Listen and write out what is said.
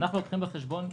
אנחנו לוקחים בחשבון,